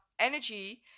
energy